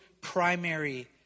primary